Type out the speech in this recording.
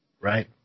Right